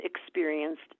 experienced